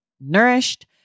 nourished